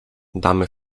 damy